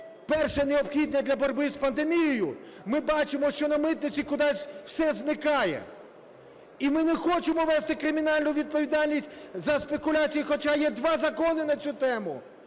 перше необхідне для боротьби з пандемією, ми бачимо, що на митниці кудись все зникає. І ми не хочемо ввести кримінальну відповідальність за спекуляцію, хоча є два закони на цю тему: